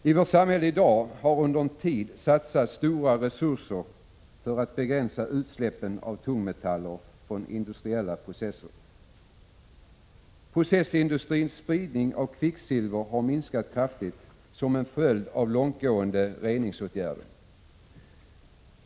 I vårt samhälle i dag har under en tid satsats stora resurser för att begränsa utsläppen av tungmetaller från industriella processer. Processindustrins spridning av kvicksilver har minskat kraftigt, som en följd av långtgående reningsåtgärder.